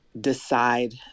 decide